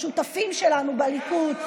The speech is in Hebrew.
השותפים שלנו בליכוד?